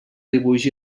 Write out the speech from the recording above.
dibuix